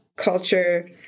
culture